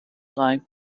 type